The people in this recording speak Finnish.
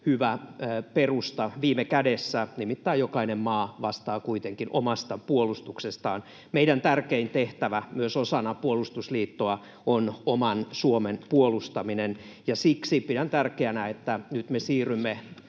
hyvä perusta. Viime kädessä nimittäin jokainen maa vastaa kuitenkin omasta puolustuksestaan. Meidän tärkein tehtävämme myös osana puolustusliittoa on oman Suomen puolustaminen, ja siksi pidän tärkeänä, että nyt me siirrymme